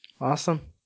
Awesome